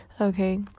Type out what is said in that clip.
okay